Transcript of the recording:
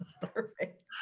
Perfect